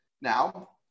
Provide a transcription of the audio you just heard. Now